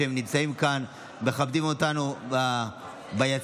שנמצא כאן ומכבד אותנו ביציע.